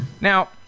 now